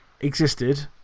existed